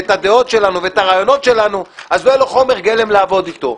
את הדעות שלנו ואת הרעיונות שלנו לא יהיה לו חומר גלם לעבוד אתו.